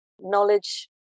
knowledge